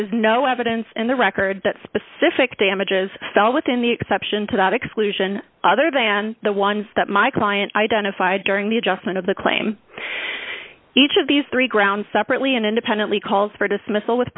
is no evidence in the record that specific damages fell within the exception to that exclusion other than the ones that my client identified during the adjustment of the claim each of these three ground separately and independently calls for it is missile with